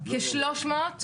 זה סמוך לטירה,